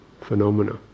phenomena